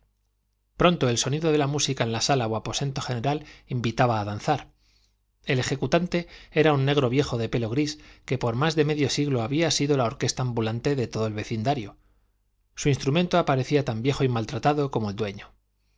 pronto el sonido de la música en la sala o aposento general invitaba a danzar el ejecutante era un negro viejo de pelo gris que por más de medio siglo había sido la orquesta ambulante de todo el vecindario su instrumento aparecía tan viejo y maltratado como el dueño